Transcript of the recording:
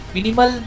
Minimal